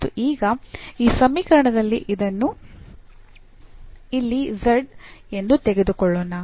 ಮತ್ತು ಈಗ ಈ ಸಮೀಕರಣದಲ್ಲಿ ಇದನ್ನು ಇಲ್ಲಿ z ಎಂದು ತೆಗೆದುಕೊಳ್ಳೋಣ